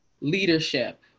leadership